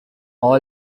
all